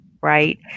Right